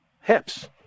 hips